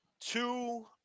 two